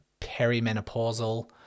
perimenopausal